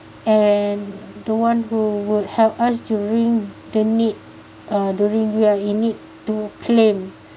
and the one who would help us during the need uh during we are in need to claim